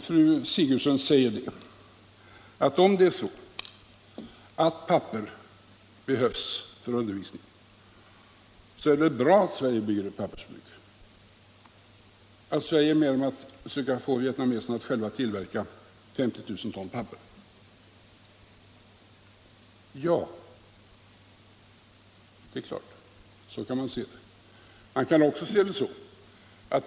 Fru Sigurdsen säger att om papper behövs för undervisning, är det väl bra att Sverige bygger ett pappersbruk och är med om att få vietnameserna själva att kunna tillverka 50 000 ton. Det är klart, så kan man se det. Men man kan också se det på ett annat sätt.